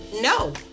No